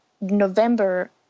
November